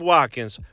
Watkins